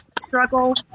struggle